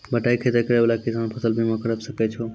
बटाई खेती करै वाला किसान फ़सल बीमा करबै सकै छौ?